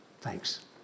Thanks